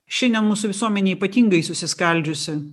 šiandien mūsų visuomenė ypatingai susiskaldžiusi